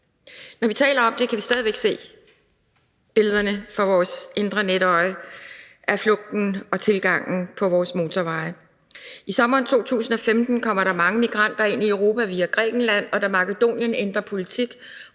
Når vi taler om det, kan vi stadig væk se billederne for vores indre blik af flugten og tilgangen på vores motorveje. I sommeren 2015 kommer der mange migranter ind i Europa via Grækenland, og da Makedonien ændrer politik